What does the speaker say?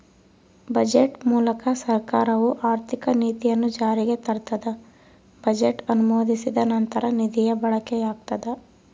budget ಮೂಲಕ ಸರ್ಕಾರವು ಆರ್ಥಿಕ ನೀತಿಯನ್ನು ಜಾರಿಗೆ ತರ್ತದ ಬಜೆಟ್ ಅನುಮೋದಿಸಿದ ನಂತರ ನಿಧಿಯ ಬಳಕೆಯಾಗ್ತದ